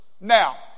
Now